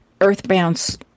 earthbound